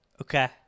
okay